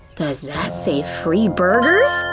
does that say free burgers?